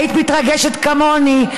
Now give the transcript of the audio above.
היית מתרגשת כמוני,